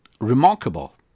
Remarkable